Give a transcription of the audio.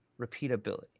repeatability